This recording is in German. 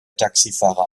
taxifahrer